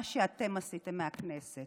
מה שאתם עשיתם מהכנסת